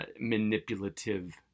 Manipulative